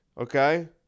okay